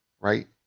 Right